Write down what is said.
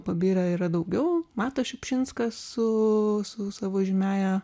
pabirę yra daugiau matas šiupšinskas su su savo žymiąja